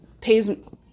pays